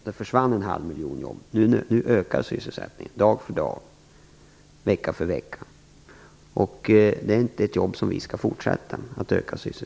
Då försvann en halv miljon jobb, men nu ökar sysselsättningen dag för dag, vecka för vecka. Att öka sysselsättningen är ett jobb som vi skall fortsätta med.